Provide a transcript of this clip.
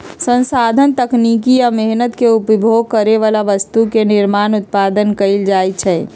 संसाधन तकनीकी आ मेहनत से उपभोग करे बला वस्तु के निर्माण उत्पादन कएल जाइ छइ